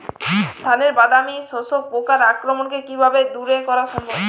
ধানের বাদামি শোষক পোকার আক্রমণকে কিভাবে দূরে করা সম্ভব?